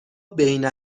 بین